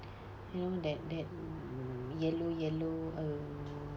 you know that that yellow yellow err